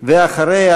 ואחריה,